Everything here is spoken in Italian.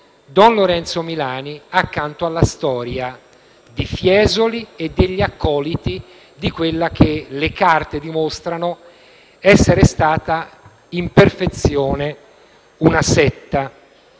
Don Lorenzo Milani accanto alla storia di Fiesoli e degli accoliti di quella che le carte dimostrano essere stata in perfezione una setta.